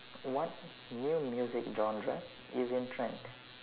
what new music genre is in trend